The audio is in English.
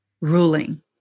ruling